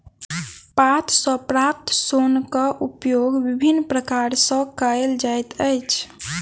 पात सॅ प्राप्त सोनक उपयोग विभिन्न प्रकार सॅ कयल जाइत अछि